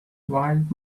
wild